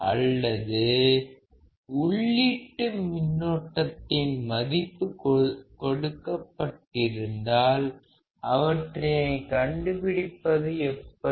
அல்லது உள்ளீட்டு மின்னோட்டத்தின் மதிப்பு கொடுக்கப்பட்டிருந்தால் அவற்றினை கண்டுபிடிப்பது எப்படி